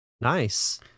Nice